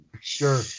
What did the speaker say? Sure